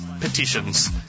petitions